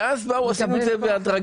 אבל אז באו ואמרו שזה יהיה בהדרגה.